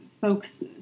folks